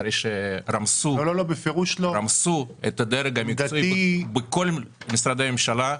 אחרי שרמסו את הדרג המקצועי בכל משרדי הממשלה.